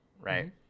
Right